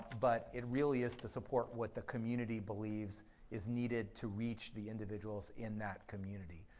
but it really is to support what the community believes is needed to reach the individuals in that community.